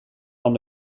van